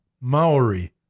Maori